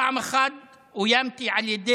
אומר אחד המתמחים: פעם אחת אוימתי על ידי